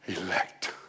elect